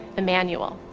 emmanuel.